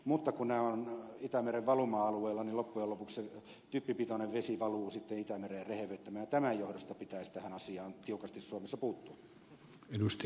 mutta kun nämä ovat itämeren valuma alueella niin loppujen lopuksi se typpipitoinen vesi valuu sitten itämereen rehevöittämään ja tämän johdosta pitäisi tähän asiaan tiukasti suomessa puuttua